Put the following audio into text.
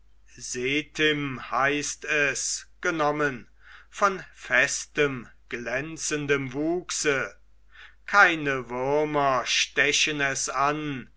sethym heißt es genommen von festem glänzendem wuchse keine würmer stechen es an